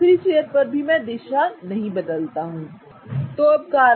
दूसरी चेयर पर भी मैं दिशा नहीं बदलता ठीक है